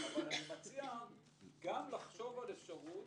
אבל אני מציע גם לחשוב על אפשרות,